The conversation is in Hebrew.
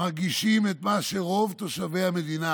מרגישים את מה שרוב תושבי המדינה